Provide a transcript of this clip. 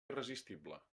irresistible